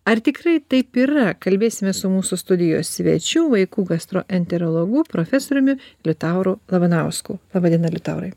ar tikrai taip yra kalbėsimės su mūsų studijos svečiu vaikų gastroenterologu profesoriumi liutauru labanausku laba diena liutaurai